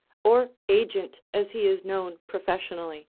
or agent as he is known professionally,